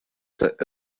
вместо